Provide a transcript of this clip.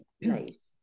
Nice